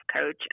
coach